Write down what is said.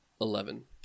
Eleven